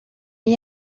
est